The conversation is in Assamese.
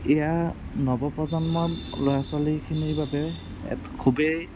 এয়া নৱ প্ৰজন্মৰ ল'ৰা ছোৱালীখিনিৰ বাবে এটা খুবেই